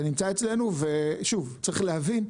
זה נמצא אצלנו, ושוב, צריך להבין.